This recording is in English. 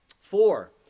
Four